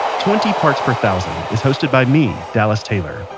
twenty parts per thousand is hosted by me, dallas taylor,